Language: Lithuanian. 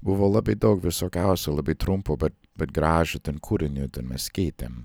buvo labai daug visokiausių labai trumpo bet bet gražų kūrinių ten mes skaitėm